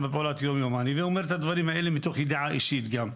אני אומר את הדברים האלה מתוך ידיעה אישית גם.